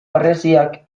harresiak